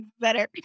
better